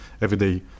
everyday